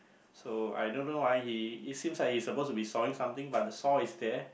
so I don't know why he it seems like he's supposed to be sawing something but the saw is there